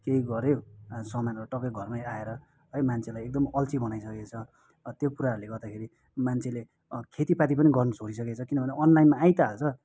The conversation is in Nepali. केही गऱ्यो सामानहरू टक्कै घरमै आएर है मान्छेलाई एकदम अल्छे बनाइसकेको छ त्यो कुराहरूले गर्दाखेरि मान्छेले खेतीपाती पनि गर्न छोडिसकेको छ किनभने अनलाइनमा आई त हाल्छ